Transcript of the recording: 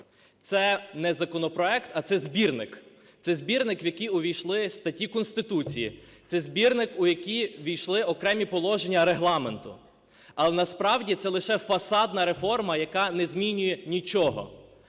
Це не законопроект, а це збірник. Це збірник, в який увійшли статті Конституції, це збірник, у який увійшли окремі положення Регламенту. Але насправді це лише "фасадна реформа", яка не змінює нічого.